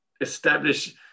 establish